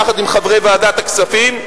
יחד עם חברי ועדת הכספים.